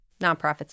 nonprofits